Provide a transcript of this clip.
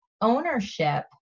ownership